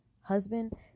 husband